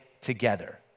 together